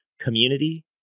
community